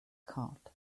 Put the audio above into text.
card